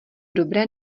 dobré